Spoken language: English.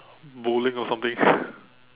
bowling or something